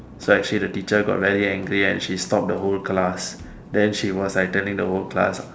so actually the teacher got very angry and she stop the whole class then she was like telling the whole class